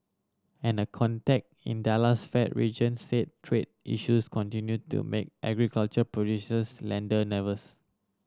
and a contact in Dallas Fed region said trade issues continue to make agriculture producers lender nervous